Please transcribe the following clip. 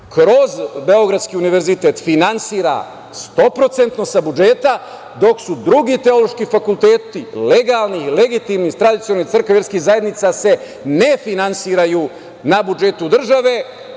kroz Beogradski univerzitet finansira 100% sa budžeta, dok su drugi teološki fakulteti legalni i legitimni iz tradicionalnih crkava i verskih zajednica se ne finansiraju na budžetu države. Izgovor